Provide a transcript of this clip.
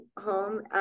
home